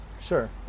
sure